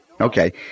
Okay